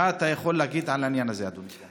מה אתה יכול להגיד על העניין הזה, אדוני?